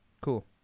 Cool